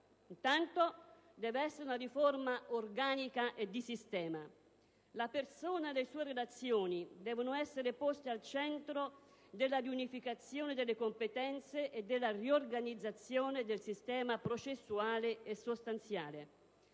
Intanto deve essere una riforma organica e di sistema. La persona e le sue relazioni devono essere poste al centro della riunificazione delle competenze e della riorganizzazione del sistema processuale e sostanziale.